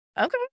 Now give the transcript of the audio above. Okay